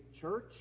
church